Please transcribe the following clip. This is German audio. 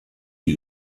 die